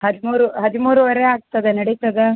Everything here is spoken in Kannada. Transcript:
ಹದಿಮೂರು ಹದಿಮೂರೂವರೆ ಆಗ್ತದೆ ನಡೀತದಾ